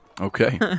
Okay